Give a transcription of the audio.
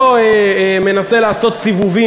לא מנסה לעשות סיבובים,